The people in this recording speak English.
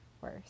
worse